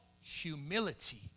humility